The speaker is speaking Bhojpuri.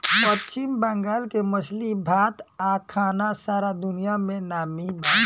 पश्चिम बंगाल के मछली भात आ खाना सारा दुनिया में नामी बा